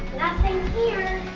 nothing here.